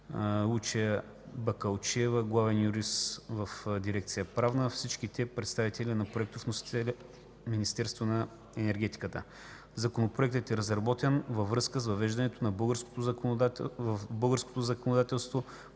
Лучия Бакалчева – главен юрисконсулт в дирекция „Правна”, всички те представители на проектовносителя Министерството на енергетиката Законопроектът e разработен във връзка с въвеждане в българското законодателство